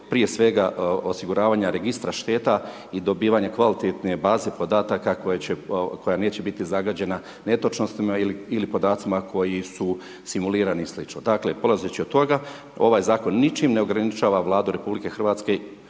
prije svega osiguravanja registra šteta i dobivanja kvalitetne baze podataka koja neće biti zagađena netočnostima ili podacima koji su simulirani i slično. Dakle, polazeći od toga ovaj zakon ničim ne ograničava Vladu RH da